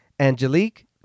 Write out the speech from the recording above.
Angelique